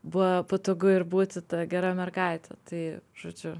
buvo patogu ir būti ta gera mergaite tai žodžiu